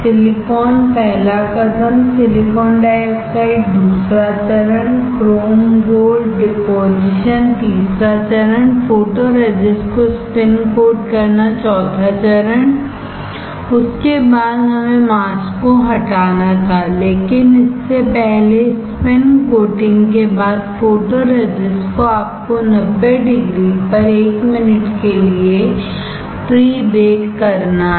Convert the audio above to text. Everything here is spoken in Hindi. सिलिकॉन पहला कदम सिलिकॉन डाइऑक्साइड दूसरा चरण क्रोम गोल्ड डिपोजिशन तीसरा चरण फोटोरेजिस्ट को स्पिन कोट को करना चौथा चरण उसके बाद हमें मास्क को हटाना था लेकिन इससे पहले स्पिन कोटिंग के बाद फोटोरेजिस्ट को आपको 90 डिग्री पर 1 मिनट के लिए प्री बेक करना है